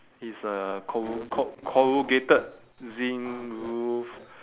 it's a corru~ co~ corrugated zinc roof